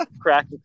Crack